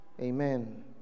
Amen